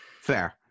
Fair